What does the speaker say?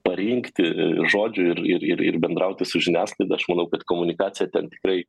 parinkti žodžių ir ir ir ir bendrauti su žiniasklaida aš manau kad komunikacija ten tikrai